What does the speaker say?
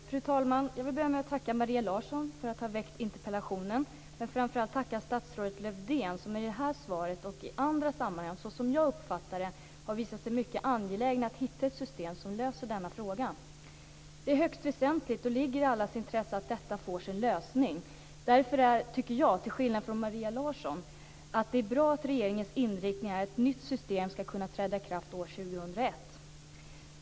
Fru talman! Jag vill börja med att tacka Maria Larsson för att ha ställt interpellationen, men framför allt vill jag tacka statsrådet Lövdén som i det här svaret och i andra sammanhang, som jag uppfattar det, har visat sig mycket angelägen att hitta ett system som löser problemen i denna fråga. Det är högst väsentligt och ligger i allas intresse att detta får sin lösning, därför tycker jag, till skillnad från Maria Larsson, att det är bra att regeringens inriktning är att ett nytt system ska kunna träda i kraft år 2001.